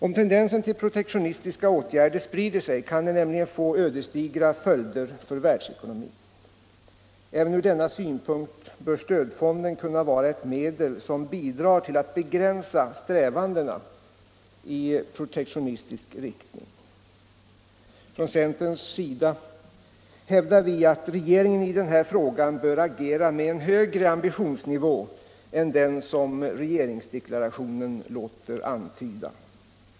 Om tendensen till protektionistiska åtgärder sprider sig kan detta nämligen få ödesdigra följder för världsekonomin. Även ur den synpunkten bör stödfonden kunna vara ett medel som bidrar till att begränsa strävandena i protektionistisk riktning. Från centerns sida hävdar vi att regeringen i denna fråga bör agera med en högre ambitionsnivå än den som regeringsdeklarationen låter antyda.